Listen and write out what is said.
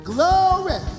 Glory